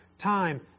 time